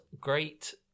great